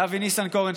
ולאבי ניסנקורן,